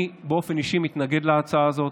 אני באופן אישי מתנגד להצעה הזאת.